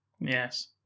Yes